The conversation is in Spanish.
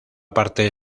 parte